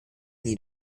nie